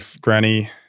granny